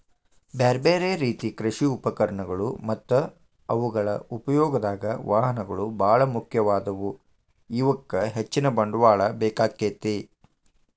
ಬ್ಯಾರ್ಬ್ಯಾರೇ ರೇತಿ ಕೃಷಿ ಉಪಕರಣಗಳು ಮತ್ತ ಅವುಗಳ ಉಪಯೋಗದಾಗ, ವಾಹನಗಳು ಬಾಳ ಮುಖ್ಯವಾದವು, ಇವಕ್ಕ ಹೆಚ್ಚಿನ ಬಂಡವಾಳ ಬೇಕಾಕ್ಕೆತಿ